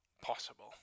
possible